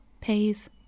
pays